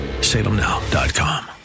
Salemnow.com